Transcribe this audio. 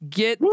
get